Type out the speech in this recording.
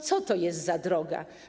Co to jest za droga?